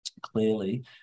clearly